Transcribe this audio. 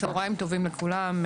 צהריים טובים לכולם.